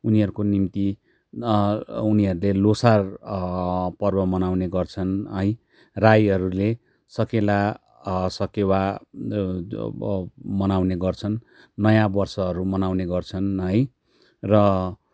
उनीहरूको निम्ति उनीहरूले लोसार पर्व मनाउने गर्छन् है राईहरूले सकेला सकेवा मनाउने गर्छन् नयाँ वर्षहरू मनाउने गर्छन् है र